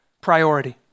priority